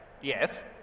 yes